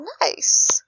Nice